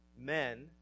Men